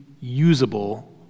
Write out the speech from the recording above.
usable